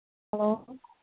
hello